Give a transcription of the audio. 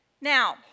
Now